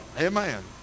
amen